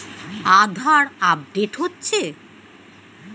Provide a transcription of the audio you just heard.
আধার update হচ্ছে?